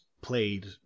played